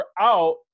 out